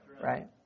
right